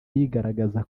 yigaragaza